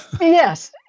Yes